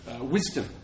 wisdom